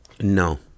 no